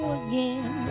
again